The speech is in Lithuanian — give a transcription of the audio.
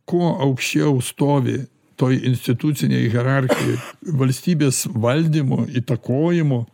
kuo aukščiau stovi toj institucinėj hierarchijoj valstybės valdymo įtakojimo